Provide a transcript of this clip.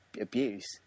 abuse